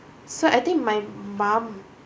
so I think my mom